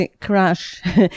crash